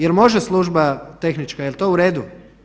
Jel može služba tehnička, jel to u redu?